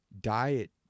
diet